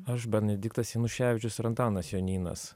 aš benediktas januševičius ir antanas jonynas